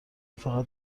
فقط